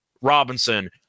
Robinson